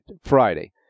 Friday